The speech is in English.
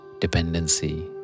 dependency